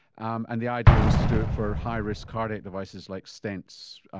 um and the idea was to do it for high-risk cardiac devices like stents,